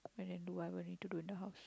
then I do whatever I need to do in the house